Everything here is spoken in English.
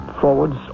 forwards